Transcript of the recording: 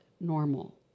normal